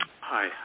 Hi